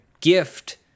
gift